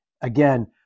again